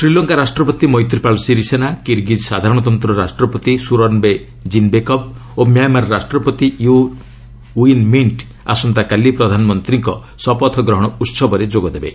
ଶ୍ରୀଲଙ୍କା ରାଷ୍ଟ୍ରପତି ମୈତ୍ରୀପାଳ ସିରିସେନା କିରଗିଜ୍ ସାଧାରଣତନ୍ତ ରାଷ୍ଟ୍ରପତି ସୁରନ୍ବେ ଜିନ୍ବେକବ୍ ଓ ମ୍ୟାମାର ରାଷ୍ଟ୍ରପତି ୟୁ ୱିନ୍ ମିଣ୍ଟ ଆସନ୍ତାକାଲି ପ୍ରଧାନମନ୍ତୀଙ୍କ ଶପଥ ଗ୍ରହଣ ଉହବରେ ଯୋଗ ଦେବେ